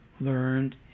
learned